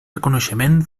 reconeixement